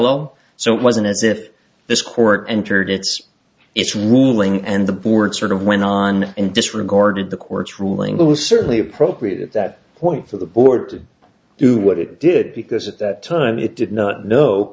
l so it wasn't as if this court entered its its ruling and the board sort of went on and disregarded the court's ruling that was certainly appropriate at that point for the board to do what it did because at that time it did not know